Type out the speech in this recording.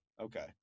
Okay